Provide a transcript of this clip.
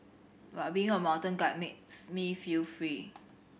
but being a mountain guide makes me feel free